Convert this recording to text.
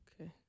Okay